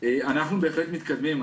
אנחנו בהחלט מתקדמים.